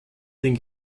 den